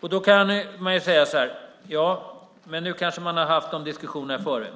Då kan man kanske säga: Ja, men man har kanske haft de diskussionerna förut.